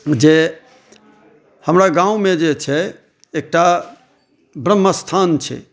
जे हमरा गाँवमे जे छै एकटा ब्रह्म स्थान छै